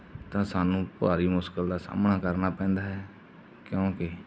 ਤਾਂ ਸਾਨੂੰ ਭਾਰੀ ਮੁਸ਼ਕਿਲ ਦਾ ਸਾਹਮਣਾ ਕਰਨਾ ਪੈਂਦਾ ਕਿਉਂਕਿ